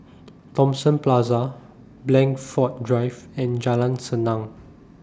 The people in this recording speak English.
Thomson Plaza Blandford Drive and Jalan Senang